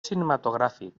cinematogràfic